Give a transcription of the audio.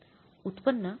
उत्पन्न 26